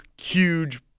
huge